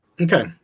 Okay